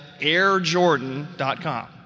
airjordan.com